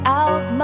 out